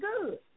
good